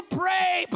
pray